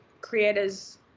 creators